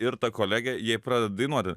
ir ta kolegė jai pradeda dainuoti